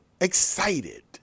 excited